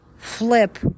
flip